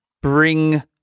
bring